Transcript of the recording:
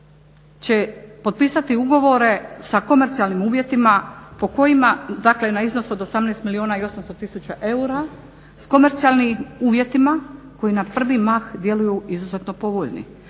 će potpisati ugovore sa komercijalnim uvjetima po kojima, dakle na iznos od 18 milijuna i 800 tisuća eura s komercijalnim uvjetima koji na prvi mah djeluju izuzetno povoljni.